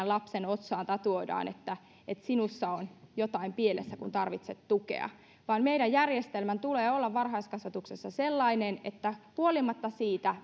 lapsen otsaan tatuoidaan että että sinussa on jotain pielessä kun tarvitset tukea vaan meidän järjestelmän tulee olla varhaiskasvatuksessa sellainen että huolimatta siitä